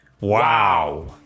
Wow